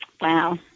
wow